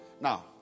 Now